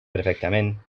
perfectament